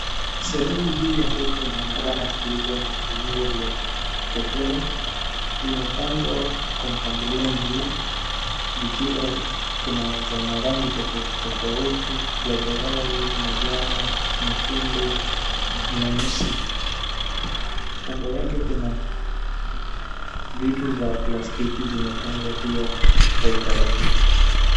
Sehemu hii ya duka inaonekana kuuza viungo vya chakula. Vimepangwa kwa mpangilio mzuri, vikiwa kuna za marangi tofauti tofauti ;zambarau, manjano, nyekundu, nyeusi. Kando yake kuna vitu za plastiki zimepangwa pia kwa utaratibu.